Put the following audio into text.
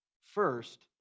First